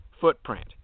footprint